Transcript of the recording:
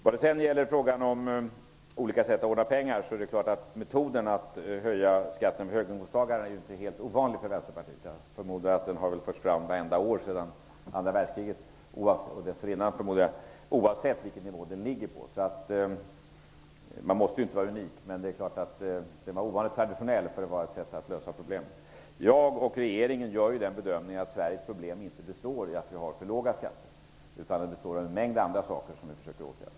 När det sedan gäller frågan om olika sätt att ordna fram pengar är metoden att höja skatten för höginkomsttagare inte helt ovanlig för Vänsterpartiet. Jag förmodar att den har förts fram vartenda år sedan andra världskriget och även dessförinnan, oavsett vilken nivå skatten har legat på. Man måste ju inte vara unik, men detta är ett ovanligt traditionellt sätt att lösa problemen på. Jag och regeringen gör den bedömningen att Sveriges problem inte består i att vi har för låga skatter, utan det består av en mängd andra saker som vi försöker att åtgärda.